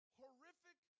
horrific